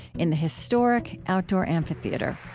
in the historic outdoor amphitheater